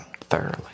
Thoroughly